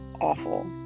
awful